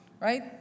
right